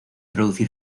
producir